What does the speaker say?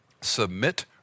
Submit